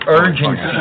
urgency